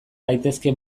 daitezke